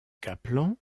kaplan